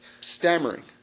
stammering